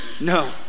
No